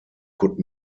could